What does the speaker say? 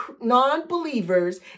non-believers